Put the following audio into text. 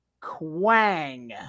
Quang